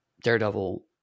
daredevil